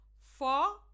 four